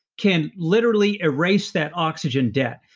can literally erase that oxygen debt,